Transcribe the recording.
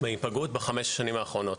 בהיפגעות בחמש השנים האחרונות,